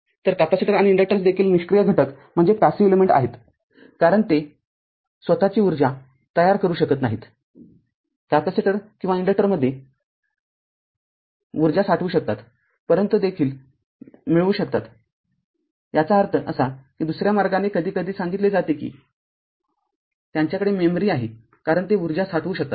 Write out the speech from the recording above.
तरकॅपेसिटर inductors देखील निष्क्रीय घटक आहेत कारण ते स्वतःची उर्जा तयार करू शकत नाहीत कॅपेसिटर किंवा इंडक्टरमध्ये ऊर्जा साठवू शकतातपरत देखील मिळवू शकतातयाचा अर्थ असा की दुसऱ्या मार्गाने कधीकधी सांगितले जाते की त्यांच्याकडे मेमरी आहे कारण ते ऊर्जा साठवू शकतात